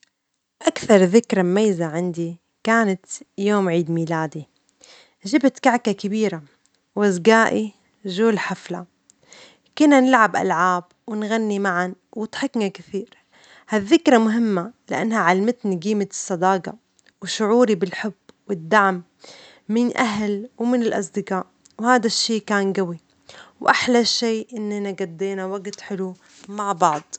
أكثر ذكرى مميزة عندي كانت يوم عيد ميلادي، جبت كعكة كبيرة وأصدجائي جو الحفلة، كنا نلعب ألعاب ونغني معا وضحكنا كثير ،هالذكرى مهمة لأنها علمتني جيمة الصداجة ،و شعوري بالحب و الدعم من الأهل و من الأصدجاء ، و هذا الشئ كان جوي ، و أحلي شئ إنه جضينا وجت حلو مع بعض.